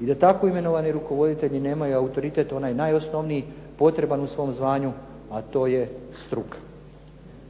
I da tako imenovani rukovoditelji nemaju autoritet onaj najosnovniji potreban u svom zvanju, a to je struka.